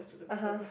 (uh huh)